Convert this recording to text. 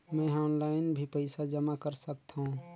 मैं ह ऑनलाइन भी पइसा जमा कर सकथौं?